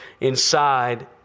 inside